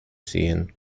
sehen